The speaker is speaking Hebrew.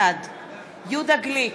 בעד יהודה גליק,